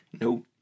Nope